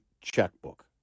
checkbook